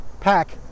pack